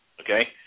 okay